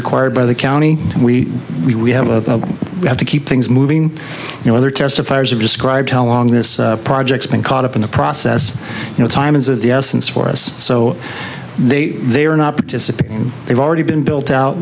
required by the county we we have a we have to keep things moving you know other testifiers have described how long this project's been caught up in the process you know time is of the essence for us so they they are not participating they've already been built out